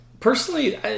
Personally